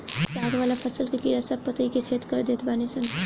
साग वाला फसल के कीड़ा सब पतइ के छेद कर देत बाने सन